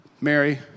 Mary